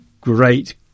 great